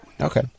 Okay